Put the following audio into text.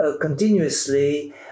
continuously